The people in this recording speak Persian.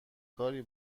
کاری